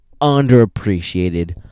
underappreciated